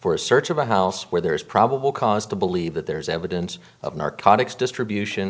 for a search of a house where there is probable cause to believe that there is evidence of narcotics distribution